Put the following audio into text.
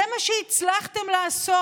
זה מה שהצלחתם לעשות.